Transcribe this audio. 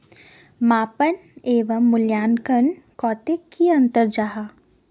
मापन एवं मूल्यांकन कतेक की अंतर जाहा?